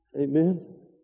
Amen